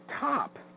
top